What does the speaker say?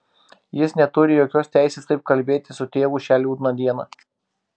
jis neturi jokios teisės taip kalbėti su tėvu šią liūdną dieną